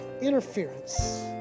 interference